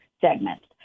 segments